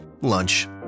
Lunch